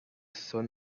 sun